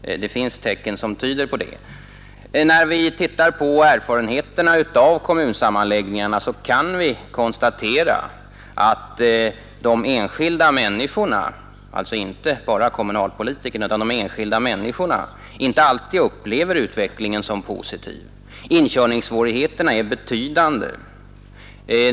Det finns tecken som tyder på detta. När vi tittar på erfarenheterna av sammanläggningarna kan vi konstatera att de enskilda människorna — alltså inte bara kommunalpolitikerna utan de enskilda människorna — inte alltid upplever utvecklingen som positiv. Inkörningssvårigheterna är betydande.